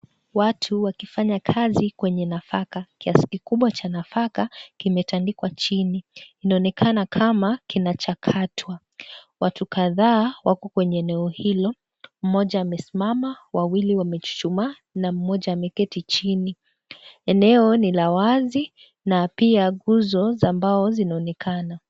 Watu wakifanya kazi kwenye nafaka. Kiasi kikubwa cha nafaka kimetandikwa chini inaoenekana kwamba kinachakatwa. Watu kadhaa wako kwenye eneo hilo mmoja amesimama, wawili wamechuchumaa na mmoja ameketi chini. Eneo ni la wazi na pia guzo za mbao zinaonekana.